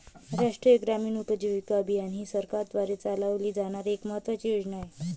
राष्ट्रीय ग्रामीण उपजीविका अभियान ही सरकारद्वारे चालवली जाणारी एक महत्त्वाची योजना आहे